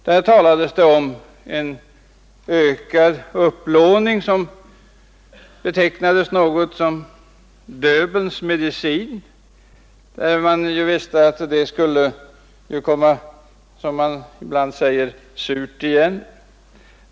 Där talades det om en ökad upplåning, som betecknades som något av Döbelns medicin. Man visste ju att det skulle komma surt efter, som det heter ibland.